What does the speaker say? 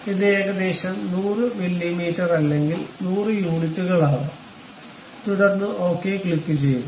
ഇത് ഏകദേശം 100 മില്ലീമീറ്റർ അല്ലെങ്കിൽ 100 യൂണിറ്റുകൾ ആകാം തുടർന്ന് ഓക്കേ ക്ലിക്കുചെയ്യുക